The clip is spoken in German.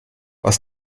was